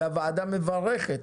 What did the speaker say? והוועדה מברכת,